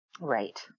Right